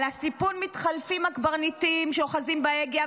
על הסיפון מתחלפים הקברניטים שאוחזים בהגה,